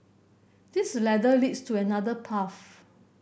this ladder leads to another path